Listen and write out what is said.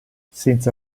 senza